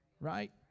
right